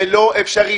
זה לא אפשרי.